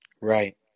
Right